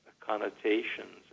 connotations